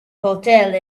hotel